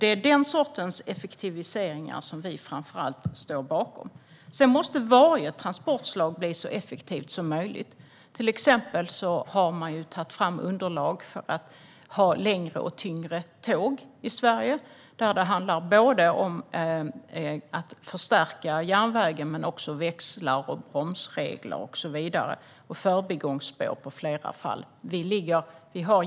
Det är den sortens effektiviseringar som vi framför allt står bakom. Varje transportslag måste också bli så effektivt som möjligt. Till exempel har man tagit fram underlag för att använda längre och tyngre tåg i Sverige. Där handlar det dels om att förstärka järnvägen, dels om växlar, bromsregler, förbigångsspår och så vidare.